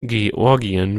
georgien